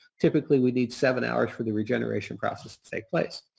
typically, we need seven hours for the regeneration process to take place.